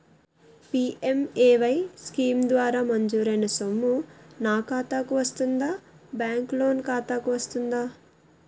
PMAY scheme ద్వారా మంజూరైన సొమ్ము నా ఖాతా కు వస్తుందాబ్యాంకు లోన్ ఖాతాకు వస్తుందా?